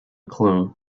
clue